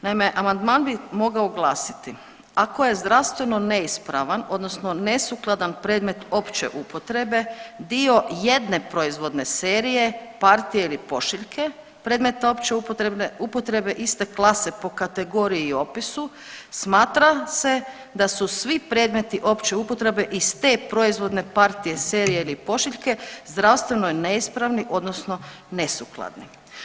Naime, amandman bi mogao glasiti, ako je zdravstveno neispravan odnosno nesukladan predmet opće upotrebe dio jedne proizvodne serije, partije ili pošiljke predmeta opće upotrebe iste klase po kategoriji i opisu smatra se da su svi predmeti opće upotrebe iz te proizvodne partije, serije ili pošiljke zdravstveno neispravni odnosno nesukladni.